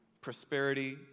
prosperity